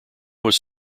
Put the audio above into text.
was